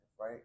right